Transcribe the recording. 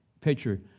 picture